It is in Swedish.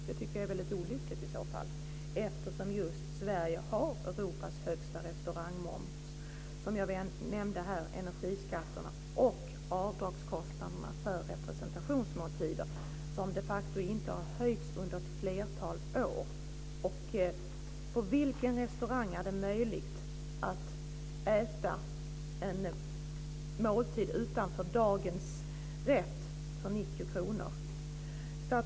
Det tycker jag är väldigt olyckligt i så fall, eftersom Sverige har Europas högsta restaurangmoms, som jag nämnde, energiskatter och avdragskostnader för representationsmåltider, som de facto inte har höjts på ett flertal år. På vilken restaurang är det möjligt att äta en måltid utanför dagens rätt för 90 kr?